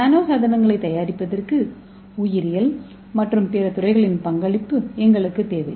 நானோ சாதனங்களைத் தயாரிப்பதற்கு உயிரியல் உயிரியல் மற்றும் பிற துறைகளின் பங்களிப்பு எங்களுக்குத் தேவை